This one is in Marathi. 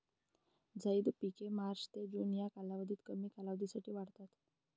झैद पिके मार्च ते जून या कालावधीत कमी कालावधीसाठी वाढतात